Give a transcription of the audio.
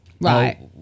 Right